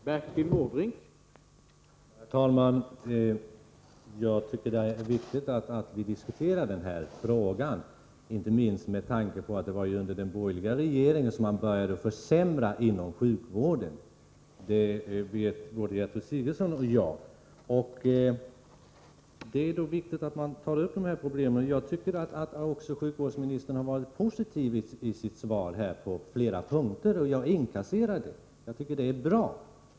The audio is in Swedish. Herr talman! Jag tycker det är viktigt att vi diskuterar den här frågan, inte minst med tanke på att det var under den borgerliga regeringstiden som förhållandena inom sjukvården försämrades. Det vet både Gertrud Sigurdsen och jag. Jag tycker vidare att sjukvårdsministern på flera punkter i sitt svar är positiv, och det är bra.